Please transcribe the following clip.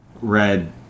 red